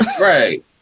right